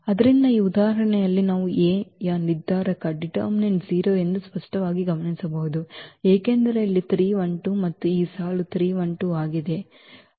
ಆದ್ದರಿಂದ ಈ ಉದಾಹರಣೆಯಲ್ಲಿ ನಾವು ಈ A ಯ ನಿರ್ಧಾರಕ 0 ಎಂದು ಸ್ಪಷ್ಟವಾಗಿ ಗಮನಿಸಬಹುದು ಏಕೆಂದರೆ ಇಲ್ಲಿ 3 1 2 ಮತ್ತು ಈ ಸಾಲು ಸಹ 3 1 2 ಆಗಿದೆ